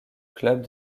club